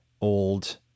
old